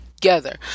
together